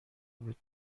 بود